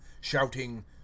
shouting